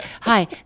hi